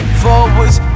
forwards